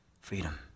Freedom